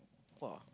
!wah!